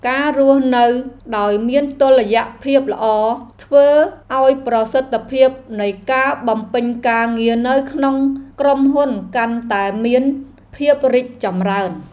ការរស់នៅដោយមានតុល្យភាពល្អ ធ្វើឱ្យប្រសិទ្ធភាពនៃការបំពេញការងារនៅក្នុងក្រុមហ៊ុនកាន់តែមានភាពរីកចម្រើន។